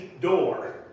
door